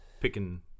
picking